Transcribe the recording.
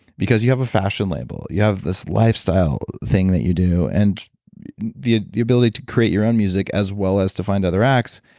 because you have a fashion label, you have this lifestyle thing that you do, and the ah the ability to create your own music as well as to find other acts.